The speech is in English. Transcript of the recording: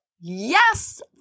Yes